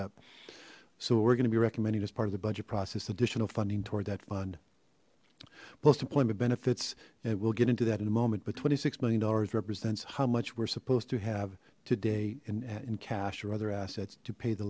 up so we're going to be recommending as part of the budget process additional funding toward that fund most employment benefits and we'll get into that in a moment but twenty six million dollars represents how much we're supposed to have today and in cash or other assets to pay the